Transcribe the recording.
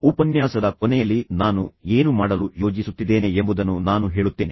ಉಪನ್ಯಾಸದ ಕೊನೆಯಲ್ಲಿ ನಾನು ಏನು ಮಾಡಲು ಯೋಜಿಸುತ್ತಿದ್ದೇನೆ ಎಂಬುದನ್ನು ನಾನು ಹೇಳುತ್ತೇನೆ